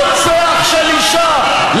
הוא רוצח של אישה.